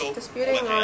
disputing